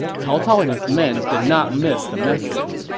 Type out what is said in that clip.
cao cao and his men did not miss the message.